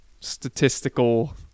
statistical